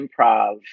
improv